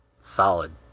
Solid